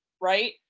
Right